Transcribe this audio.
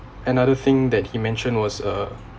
another thing that he mentioned was uh